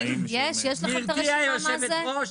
גברתי יושבת הראש,